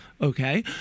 Okay